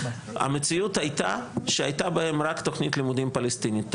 המציאות היתה שהיתה בהם רק תכנית לימודים פלשתינית.